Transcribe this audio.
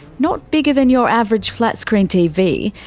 not bigger than your average flat screen tv,